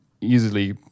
easily